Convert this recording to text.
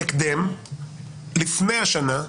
לפני השנה,